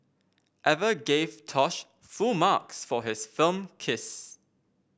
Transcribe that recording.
Eva gave Tosh full marks for his film kiss